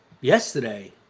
Yesterday